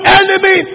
enemy